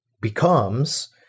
becomes